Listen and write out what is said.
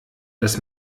dass